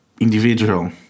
individual